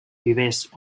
vivers